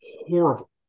horrible